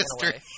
history